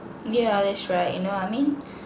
yeah that's right you know I mean